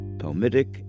palmitic